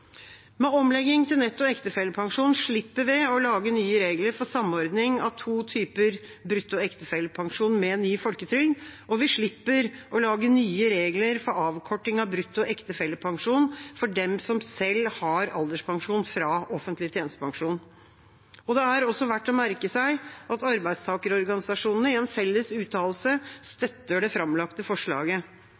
Med omlegging til netto ektefellepensjon slipper vi å lage nye regler for samordning av to typer brutto ektefellepensjon med ny folketrygd, og vi slipper å lage nye regler for avkortning av brutto ektefellepensjon for dem som selv har alderspensjon fra offentlig tjenestepensjon. Det er også verdt å merke seg at arbeidstakerorganisasjonene i en felles uttalelse støtter det framlagte forslaget.